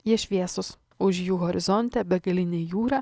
jie šviesūs už jų horizonte begalinė jūra